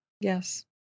Yes